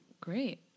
great